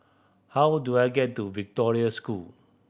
how do I get to Victoria School